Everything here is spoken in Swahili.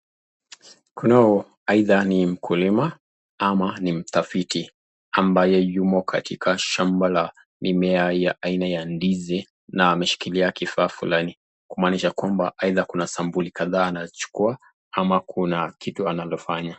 Aidha ni mkulima ama ni mtafiti, ambaye yumo katika shamba la mimea la aina ya ndizi, na ameshikilia kifaa fulani, kumanisha kwamba aidha kuna sambuli kadhaa anachukua ama kuna kitu kadhaa analofanya.